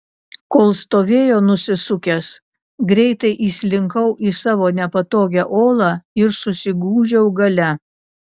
kol stovėjo nusisukęs greitai įslinkau į savo nepatogią olą ir susigūžiau gale